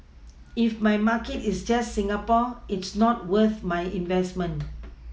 if my market is just Singapore it's not worth my investment